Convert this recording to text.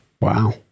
Wow